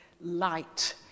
light